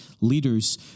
leaders